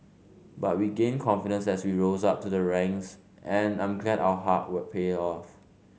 but we gained confidence as we rose up to the ranks and I'm glad our hard work paid off